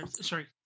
Sorry